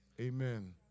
amen